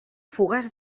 fogars